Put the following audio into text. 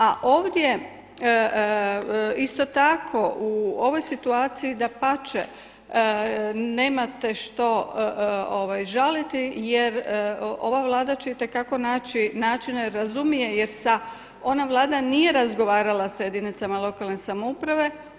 A ovdje isto tako u ovoj situaciji dapače, nemate što žaliti jer ova Vlada će itekako naći načina i razumije, jer ona Vlada nije razgovarala sa jedinicama lokalne samouprave.